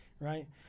right